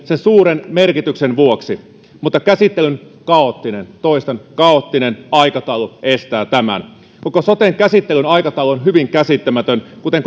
sen suuren merkityksen vuoksi mutta käsittelyn kaoottinen toistan kaoottinen aikataulu estää tämän koko soten käsittelyn aikataulu on hyvin käsittämätön kuten